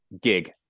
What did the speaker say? gig